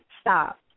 stop